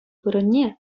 вырӑнне